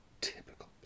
Typical